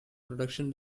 production